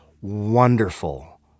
wonderful